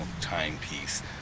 timepiece